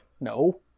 No